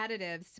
additives